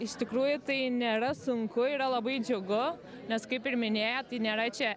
iš tikrųjų tai nėra sunku yra labai džiugu nes kaip ir minėjo tai nėra čia